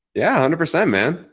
yeah, hundred percent, man.